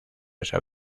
esa